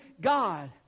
God